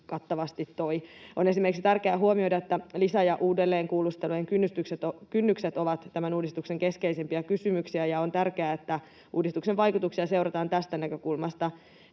tärkeää huomioida, että lisä- ja uudelleenkuulustelujen kynnykset ovat tämän uudistuksen keskeisimpiä kysymyksiä, ja on tärkeää, että uudistuksen vaikutuksia seurataan tästä näkökulmasta.